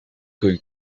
going